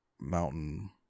mountain